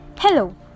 Hello